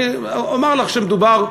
אני אומר לך שמדובר,